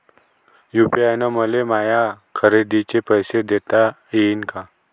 UPI न मले माया खरेदीचे पैसे देता येईन का?